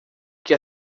que